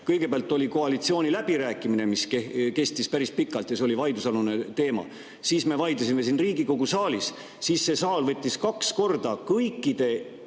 Kõigepealt oli koalitsioonis läbirääkimine, mis kestis päris pikalt – see oli vaidlusalune teema. Siis me vaidlesime siin Riigikogu saalis. Siis see saal võttis kaks korda – kõikide